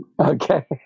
Okay